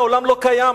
העולם לא קיים,